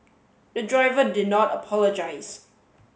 the driver did not apologise